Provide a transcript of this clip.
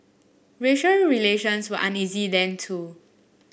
racial relations were uneasy then too